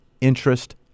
interest